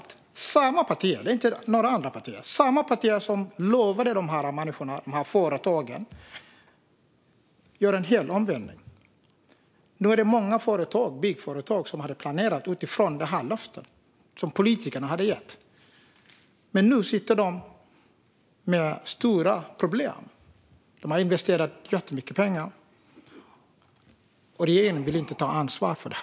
Det är samma partier och inte några andra partier. Samma partier som lovade dessa människor och företagen detta gör en helomvändning. Det är många byggföretag som har planerat utifrån det löfte som politikerna hade gett. Nu sitter de med stora problem. De har investerat jättemycket pengar, och regeringen vill inte ta ansvar för det.